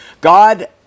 God